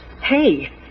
Hey